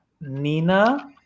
Nina